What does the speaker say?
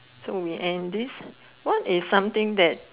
so we end this what is something that